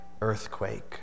earthquake